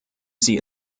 sie